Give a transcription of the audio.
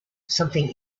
something